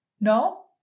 No